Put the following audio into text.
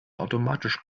automatisch